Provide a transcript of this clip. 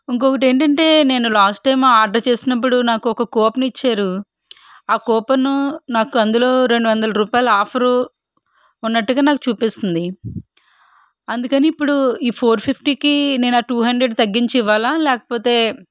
ఇంకొకటి ఏంటంటే నేను లాస్ట్ టైం ఆర్డర్ చేసినప్పుడు నాకు ఒక కూపన్ ఇచ్చారు ఆ కూపను నాకు అందులో రెండు వందల రూపాయలు ఆఫర్ ఉన్నట్టుగా నాకు చూపిస్తుంది అందుకని ఇప్పుడు ఈ ఫోర్ ఫిఫ్టీకి నేను ఆ టూ హండ్రెడ్ తగ్గించి ఇవ్వాలా లేకపోతే